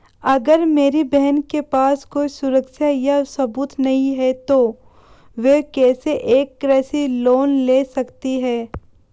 अगर मेरी बहन के पास कोई सुरक्षा या सबूत नहीं है, तो वह कैसे एक कृषि लोन ले सकती है?